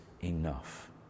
enough